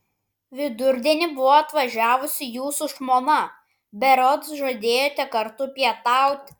vidurdienį buvo atvažiavusi jūsų žmona berods žadėjote kartu pietauti